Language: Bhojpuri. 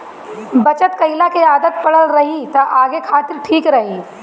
बचत कईला के आदत पड़ल रही त आगे खातिर ठीक रही